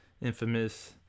infamous